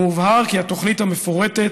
מובהר כי התוכנית המפורטת,